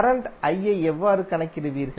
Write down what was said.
current ஐ எவ்வாறு கணக்கிடுவீர்கள்